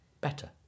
better